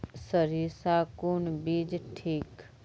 सरीसा कौन बीज ठिक?